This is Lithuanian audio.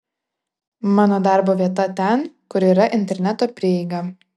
mano darbo vieta ten kur yra interneto prieiga